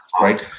right